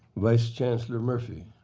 vice chancellor murphy.